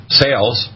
sales